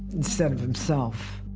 instead of himself.